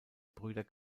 brüder